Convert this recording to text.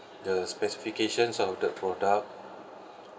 the specifications of the product